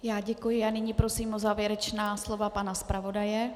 Já děkuji a nyní prosím o závěrečná slova pana zpravodaje.